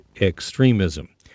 Extremism